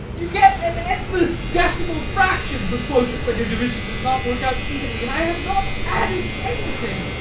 you get an endless decimal fraction for quotient when your division does not work out evenly. i have not added anything.